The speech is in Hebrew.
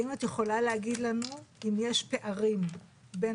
האם את יכולה להגיד לנו אם יש פערים בין